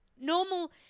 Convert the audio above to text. Normal